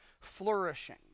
Flourishing